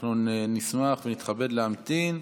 אנחנו נשמח ונתכבד להמתין.